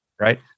right